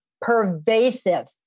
pervasive